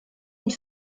une